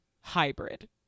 hybrid